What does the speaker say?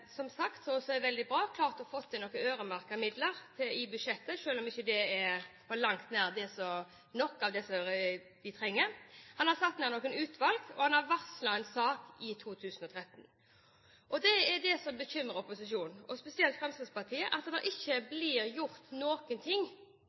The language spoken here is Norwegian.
som sagt, og som er veldig bra, klart å få til noen øremerkede midler i budsjettet, selv om det ikke er på langt nær nok av det de trenger. Han har satt ned noen utvalg, og han har varslet en sak i 2013. Det som bekymrer opposisjonen, og spesielt Fremskrittspartiet, er at det ikke